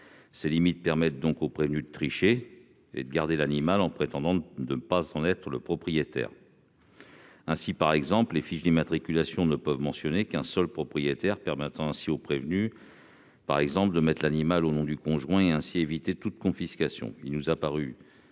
Ces limites permettent donc aux prévenus de tricher et de garder l'animal en prétendant ne pas en être le propriétaire. Par exemple, les fiches d'immatriculation peuvent ne mentionner qu'un seul propriétaire, ce qui permet aux prévenus d'immatriculer l'animal au nom de leur conjoint et ainsi d'éviter toute confiscation. Il nous a paru